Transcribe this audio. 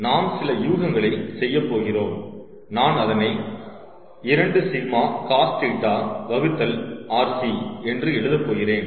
நாம் சில யூகங்களை செய்யப்போகிறோம் நான் அதனை 2𝜎lCosθ rc என்று எழுதப் போகிறேன்